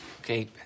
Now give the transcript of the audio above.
okay